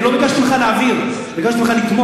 אני לא ביקשתי ממך להעביר, ביקשתי ממך לתמוך.